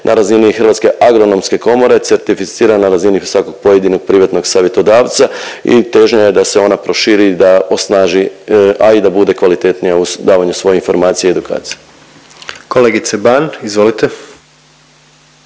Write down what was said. na razini Hrvatske agronomske komore certificira na razini svakog pojedinog privatnog savjetodavca i težnja je da se ona proširi da osnaži, a i da bude kvalitetnija u davanju svojih informacija i edukacija. **Jandroković,